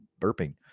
burping